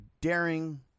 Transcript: daring